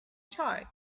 chart